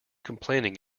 complaining